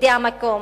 ילידי המקום.